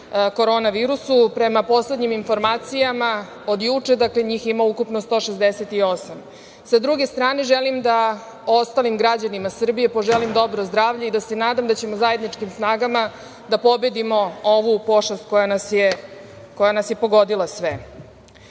Korona virusu. Prema poslednjim informacijama od juče, dakle njih ima ukupno 168.Sa druge strane želim da ostalim građanima Srbije poželim dobro zdravlje i da se nadam da ćemo zajedničkim snagama da pobedimo ovu pošast koja nas je pogodila sve. Juče